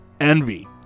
Envy